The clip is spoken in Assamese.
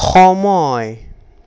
সময়